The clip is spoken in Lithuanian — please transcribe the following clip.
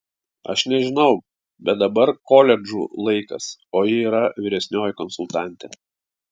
aš nežinau bet dabar koledžų laikas o ji yra vyresnioji konsultantė